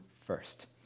first